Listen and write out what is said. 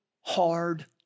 hard